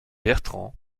bertrand